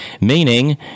Meaning